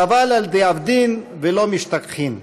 חבל על דאבדין ולא משתכחין.